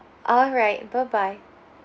all right bye bye